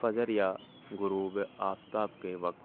فجر یا غروب آفتاب کے وقت